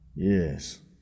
Yes